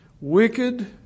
wicked